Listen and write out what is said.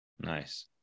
Nice